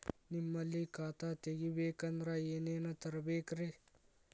ನಿಮ್ಮಲ್ಲಿ ಖಾತಾ ತೆಗಿಬೇಕಂದ್ರ ಏನೇನ ತರಬೇಕ್ರಿ?